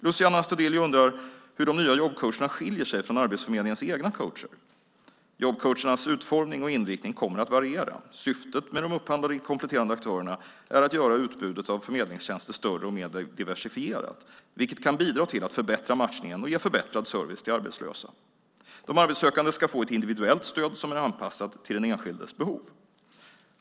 Luciano Astudillo undrar hur de nya jobbcoacherna skiljer sig från Arbetsförmedlingens egna coacher. Jobbcoachernas utformning och inriktning kommer att variera. Syftet med de upphandlade kompletterande aktörerna är att göra utbudet av förmedlingstjänster större och mer diversifierat, vilket kan bidra till att förbättra matchningen och ge förbättrad service till arbetslösa. De arbetssökande ska få ett individuellt stöd som är anpassat till den enskildes behov.